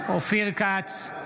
כץ,